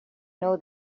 know